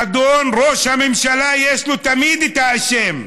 אדון ראש הממשלה, יש לו תמיד את האשם.